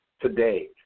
Today